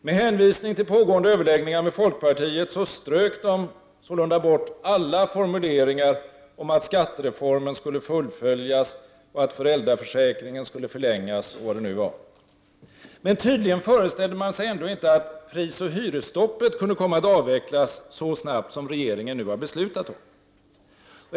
Med hänvisning till pågående överläggningar med folkpartiet strök de sålunda bort alla formuleringar om att skattereformen skulle fullföljas och att föräldraförsäkringen skulle förlängas, och vad det nu var. Men tydligen föreställde man sig ändå inte att prisoch hyresstoppet kunde komma att avvecklas så snabbt som regeringen nu har beslutat om.